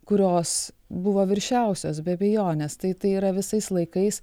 kurios buvo viršiausios be abejonės tai tai yra visais laikais